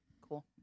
Cool